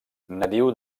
nadiu